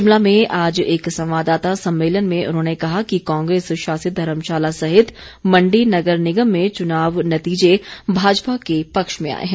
शिमला में आज एक संवाददाता सम्मेलन में उन्होंने कहा कि कांग्रेस शासित धर्मशाला सहित मण्डी नगर निगम में चुनाव नतीजे भाजपा के पक्ष में आए हैं